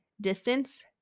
distance